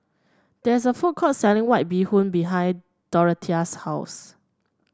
there is a food court selling White Bee Hoon behind Dorothea's house